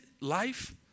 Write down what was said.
Life